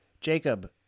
Jacob